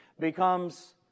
Becomes